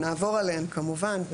נעבור עליהן כמובן.